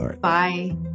Bye